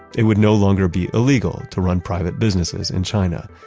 it would no longer be illegal to run private businesses in china.